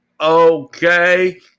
Okay